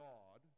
God